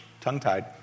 tongue-tied